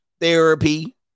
therapy